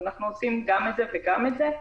אנחנו עושים גם את זה וגם את זה.